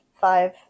five